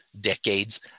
decades